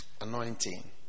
anointing